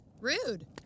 Rude